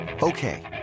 Okay